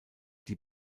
die